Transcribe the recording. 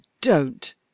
don't